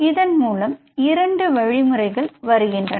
இதன்மூலம் இரண்டு வழிமுறைகள் வருகின்றன